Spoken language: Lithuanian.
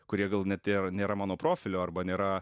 kurie gal net ir nėra mano profilio arba nėra